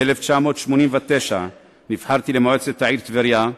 ב-1989 נבחרתי למועצת העיר טבריה,